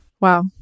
Wow